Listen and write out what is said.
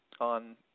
on